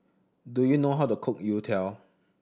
do you know how to cook youtiao